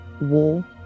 war